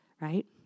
right